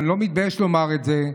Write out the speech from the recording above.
אני לא מתבייש לומר את זה.